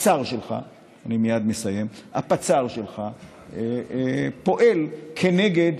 הפצ"ר שלך, אני מייד מסיים, הפצ"ר שלך פועל כנגד.